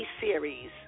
series